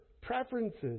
preferences